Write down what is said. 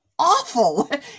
Awful